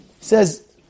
says